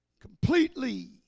completely